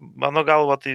mano galva tai